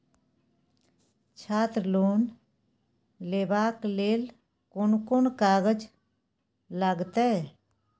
छात्र लोन लेबाक लेल कोन कोन कागज लागतै?